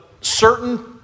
certain